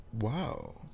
Wow